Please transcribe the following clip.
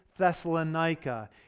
Thessalonica